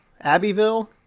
Abbeville